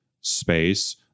space